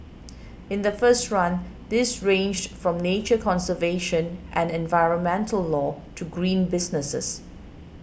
in the first run these ranged from nature conservation and environmental law to green businesses